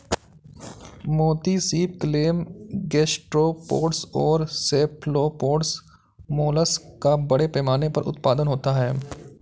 मोती सीप, clam, gastropods और सेफलोपोड्स मोलस्क का बड़े पैमाने पर उत्पादन होता है